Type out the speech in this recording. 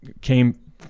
came